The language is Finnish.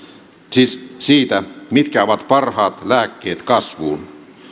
siis siitä mitkä ovat parhaat lääkkeet kasvuun